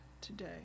today